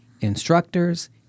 instructors